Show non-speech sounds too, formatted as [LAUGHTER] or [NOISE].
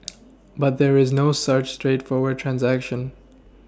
[NOISE] but there's no such straightforward transaction